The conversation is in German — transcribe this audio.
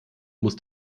muss